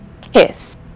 kiss